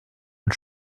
und